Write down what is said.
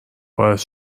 باعث